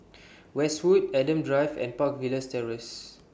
Westwood Adam Drive and Park Villas Terrace